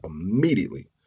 immediately